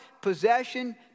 possession